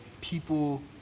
people